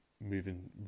moving